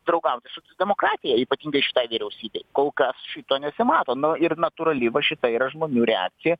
draugauti su demokratija ypatingai šitai vyriausybei kol kas šito nesimato nu ir natūrali va šita yra žmonių reakcija